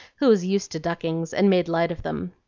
who was used to duckings and made light of them.